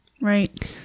Right